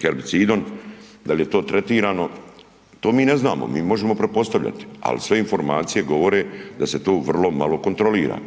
herbicidom. Da li je to tretirano? To mi ne znamo, mi možemo pretpostavljati, ali sve informacije govore da se to vrlo malo kontrolira.